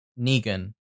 negan